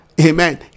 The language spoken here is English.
amen